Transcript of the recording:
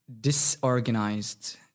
disorganized